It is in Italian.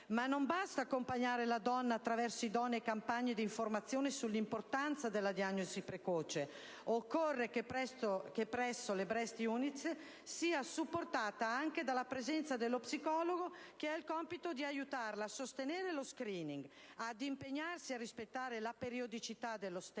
Non basta dunque accompagnare la donna attraverso idonee campagne di informazione sull'importanza della diagnosi precoce; occorre che presso le *Breast Units* sia supportata anche dalla presenza dello psicologo che ha il compito di aiutarla a sostenere lo *screening*, ad impegnarsi a rispettare le periodicità dello stesso